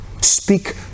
speak